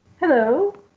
hello